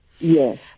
Yes